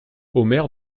omer